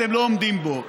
אתם לא עומדים בו.